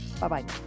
Bye-bye